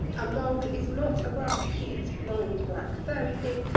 a mole is not a rather cute, blind, black furry thing,